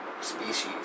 species